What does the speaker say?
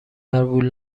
وول